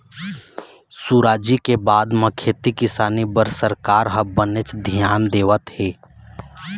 सुराजी के बाद म खेती किसानी बर सरकार ह बनेच धियान देवत हे